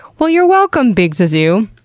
well you're welcome bigzozoo!